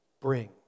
Bring